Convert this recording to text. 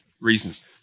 reasons